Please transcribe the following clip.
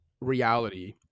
reality